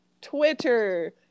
Twitter